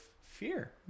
fear